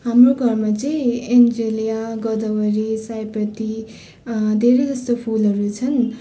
हाम्रो घरमा चाहिँ एन्जेलिया गोदावरी सयपत्री धेरै जस्तो फुलहरू छन्